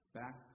back